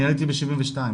עליתי ב-72.